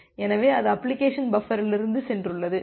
எனவே அது அப்ளிகேஷன் பஃபரிலிருந்து சென்றுள்ளது